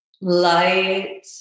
light